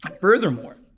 Furthermore